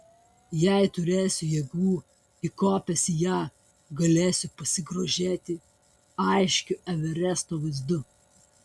jei turėsiu jėgų įkopęs į ją galėsiu pasigrožėti aiškiu everesto vaizdu